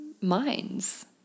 minds